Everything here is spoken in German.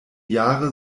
jahre